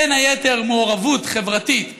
בין היתר מעורבות חברתית באקדמיה.